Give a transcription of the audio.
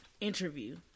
interview